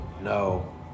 No